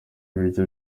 ibiryo